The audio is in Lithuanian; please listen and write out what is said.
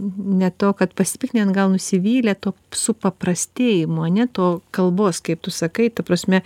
ne to kad pasipiktinę nu gal nusivylę to supaprastėjimo ane to kalbos kaip tu sakai ta prasme